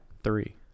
three